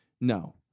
No